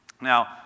Now